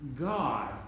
God